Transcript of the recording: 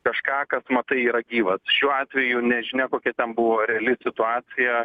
kažką kas matai yra gyvas šiuo atveju nežinia kokia ten buvo reali situacija